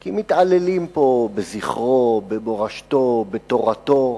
כי מתעללים פה בזכרו, במורשתו, בתורתו.